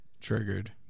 Triggered